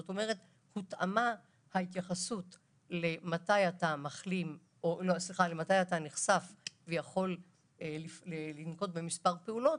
זאת אומרת הותאמה ההתייחסות מתי אתה נחשף ויכול לנקוט כמה פעולות,